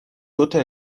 دوتا